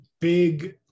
big